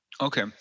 Okay